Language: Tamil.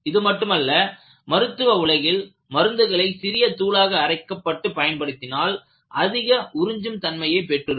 இது மட்டுமல்ல மருத்துவ உலகில் மருந்துகளை சிறிய தூளாக அரைக்கப்பட்டு பயன்படுத்தினால் அதிக உறிஞ்சும் தன்மையை பெற்று இருக்கும்